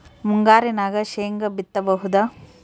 ಮುಂಗಾರಿನಾಗ ಶೇಂಗಾ ಬಿತ್ತಬಹುದಾ?